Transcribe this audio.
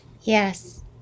Yes